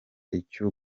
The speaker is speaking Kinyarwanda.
icyuya